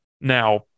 Now